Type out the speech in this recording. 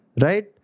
Right